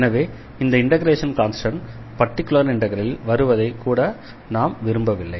எனவே இந்த integration constant particular இண்டெக்ரலில் வருவதை கூட நாம் விரும்பவில்லை